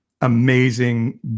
amazing